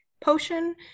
potion